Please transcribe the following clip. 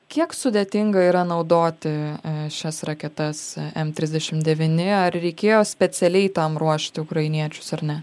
kiek sudėtinga yra naudoti šias raketas m trisdešim devyni ar reikėjo specialiai tam ruošti ukrainiečius ar ne